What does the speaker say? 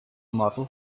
model